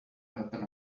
happen